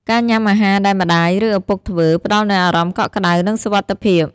ការញ៉ាំអាហារដែលម្តាយ ឬឪពុកធ្វើ ផ្តល់នូវអារម្មណ៍កក់ក្តៅ និងសុវត្ថិភាព។